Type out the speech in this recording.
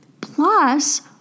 Plus